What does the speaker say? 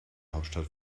hauptstadt